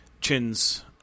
Chin's